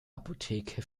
apotheke